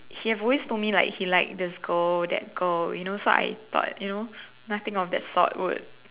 he has always told me like he like this girl that girl you know so I thought you know nothing of that sort would